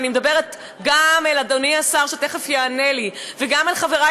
ואני מדברת גם אל אדוני השר שתכף יענה לי וגם אל חברי